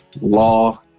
law